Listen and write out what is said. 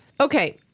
Okay